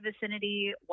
vicinity